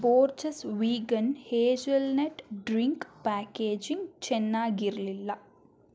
Borges vegan hazelnut drink packaging ಚೆನ್ನಾಗಿರಲಿಲ್ಲ